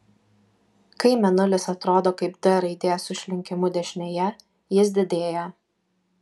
kai mėnulis atrodo kaip d raidė su išlinkimu dešinėje jis didėja